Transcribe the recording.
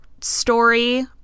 story